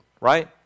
right